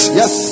yes